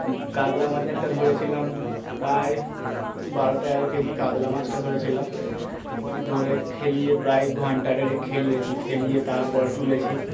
কাতলা মাছ একটা ধরেছিলাম প্রায় বারো তেরো কেজি কাতলা মাছটা ধরেছিলাম ধরে খেলিয়ে প্রায় ঘন্টা দেড়েক খেলিয়েছি খেলিয়ে তারপর তুলেছি